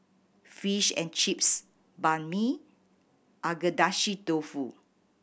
Fish and Chips Banh Mi Agedashi Dofu